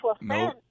No